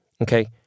okay